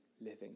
living